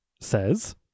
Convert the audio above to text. says